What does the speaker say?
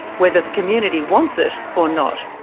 whether the community wants it or not.